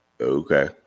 Okay